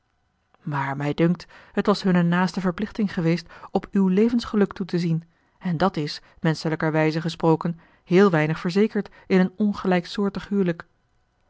maar mij dunkt het was hunne naaste verplichting geweest op uw levensgeluk toe te zien en dat is menschelijkerwijze gesproken heel weinig verzekerd in een ongelijksoortig hijlik